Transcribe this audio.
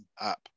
app